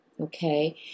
okay